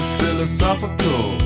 philosophical